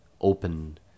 open